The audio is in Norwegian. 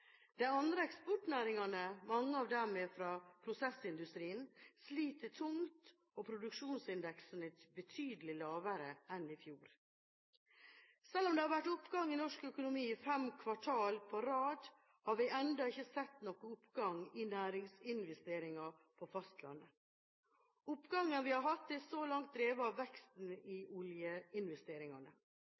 De andre eksportnæringene, mange av dem er fra prosessindustrien, sliter tungt, og produksjonsindeksen er betydelig lavere enn i fjor. Selv om det har vært oppgang i norsk økonomi fem kvartaler på rad, har vi ennå ikke sett noen oppgang i næringsinvesteringene på fastlandet. Oppgangen vi har hatt, er så langt drevet av veksten i oljeinvesteringene.